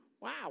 Wow